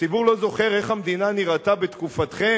הציבור לא זוכר איך המדינה נראתה בתקופתכם?